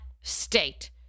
state